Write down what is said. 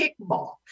kickball